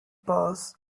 pass